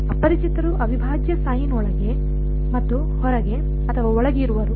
ಅಪರಿಚಿತರು ಅವಿಭಾಜ್ಯ ಸೈನ್ ಒಳಗೆ ಮತ್ತು ಹೊರಗೆ ಅಥವಾ ಒಳಗೆ ಇರುವರು